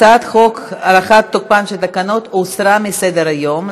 הצעת חוק הארכת תוקפן של תקנות הוסרה מסדר-היום,